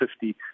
fifty